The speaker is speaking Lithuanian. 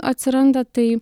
atsiranda tai